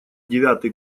девятый